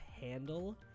handle